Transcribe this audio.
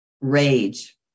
rage